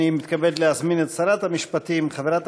אני מתכבד להזמין את שרת המשפטים חברת